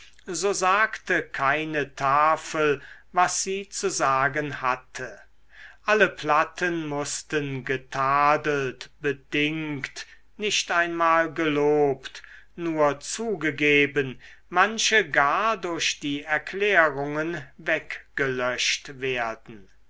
so sagte keine tafel was sie zu sagen hatte alle platten mußten getadelt bedingt nicht einmal gelobt nur zugegeben manche gar durch die erklärungen weggelöscht werden